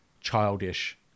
childish